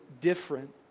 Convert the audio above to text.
different